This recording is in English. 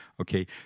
Okay